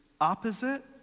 opposite